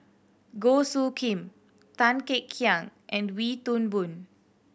Goh Soo Khim Tan Kek Hiang and Wee Toon Boon